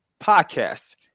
podcast